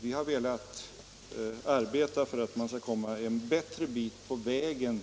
Vi har velat arbeta för att man skall komma längre på vägen